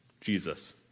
Jesus